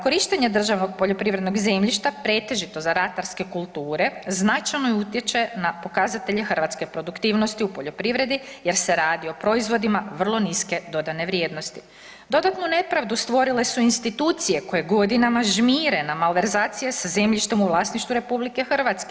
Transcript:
Korištenje državnog poljoprivrednog zemljišta pretežito za ratarske kulture značajno utječe na pokazatelje hrvatske produktivnosti u poljoprivredi jer se radi o proizvodima vrlo niske dodane vrijednosti. dodatnu nepravdu stvorile su institucije koje godinama žmire na malverzacije sa zemljištem u vlasništvu RH.